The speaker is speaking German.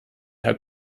herr